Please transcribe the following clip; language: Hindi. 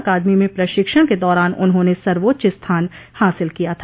अकादमी में प्रशिक्षण के दौरान उन्होंने सर्वोच्च स्थान हासिल किया था